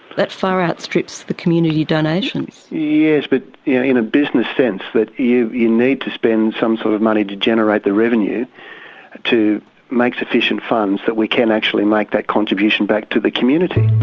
that far outstrips the community donations. yes, but in a business sense you you need to spend some sort of money to generate the revenue to make sufficient funds that we can actually make that contribution back to the community.